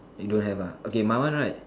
you don't have ah okay my one right